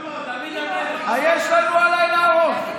יש לנו לילה ארוך.